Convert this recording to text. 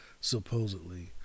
supposedly